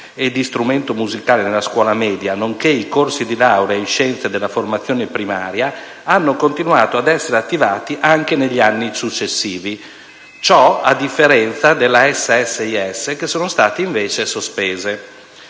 e di strumento musicale nella scuola media, nonché i corsi di laurea in scienze della formazione primaria, hanno continuato ad essere attivati anche negli anni successivi. Ciò a differenza delle SSIS che sono state invece sospese.